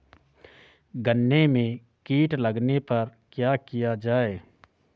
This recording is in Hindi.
गन्ने में कीट लगने पर क्या किया जाये?